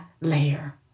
layer